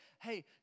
hey